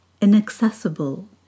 inaccessible